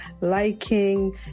liking